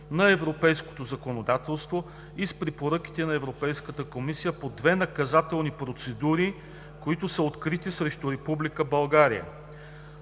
на европейското законодателство и с препоръките на Европейската комисия по две наказателни процедури, които са открити срещу